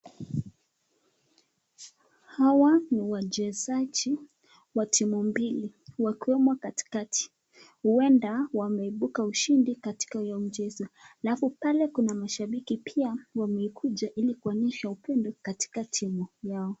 Hawa ni wachezaji wa timu mbili wakiwemo katikati, huenda wameibuka ushindi katika huo mchezo, alafu pale kuna mashabiki pia wamekuja hili kuonyesha upendo katika timu yao.